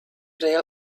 rail